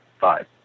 five